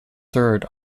third